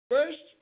First